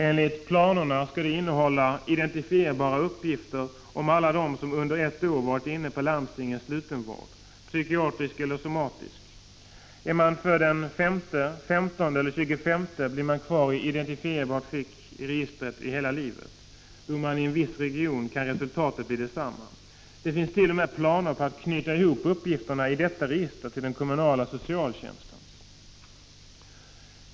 Enligt planerna skall det innehålla identifierbara uppgifter om alla dem som under ett år fått vård i landstingens slutenvård, psykiatrisk eller somatisk. Är man född den 5, 15 eller 25 en månad blir ens uppgifter kvar i identifierbart skick i registret hela livet. Bor man i en viss region kan resultatet bli detsamma. Det finns t.o.m. planer på att knyta ihop uppgifterna i detta register med den kommunala socialtjänstens.